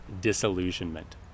disillusionment